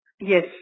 Yes